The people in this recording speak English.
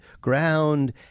ground